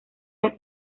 las